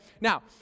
Now